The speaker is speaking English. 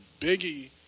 Biggie